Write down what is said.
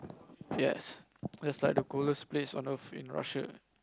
yes that's like the coldest place on earth in Russia